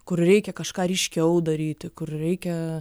kur reikia kažką ryškiau daryti kur reikia